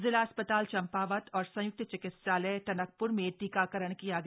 जिला अस्पताल चम्पावत और संयुक्त चिकित्सालय टनकप्र में टीकाकरण किया गया